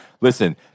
Listen